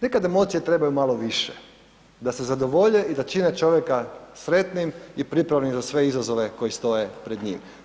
Nekada emocije trebaju malo više da se zadovolje i da čine čovjeka sretnim i pripravnim za sve izazove koji stoje pred njim.